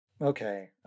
Okay